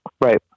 Right